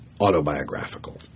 autobiographical